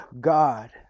God